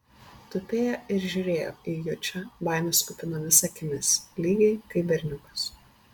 tupėjo ir žiūrėjo į jučą baimės kupinomis akimis lygiai kaip berniukas